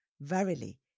Verily